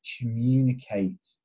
communicate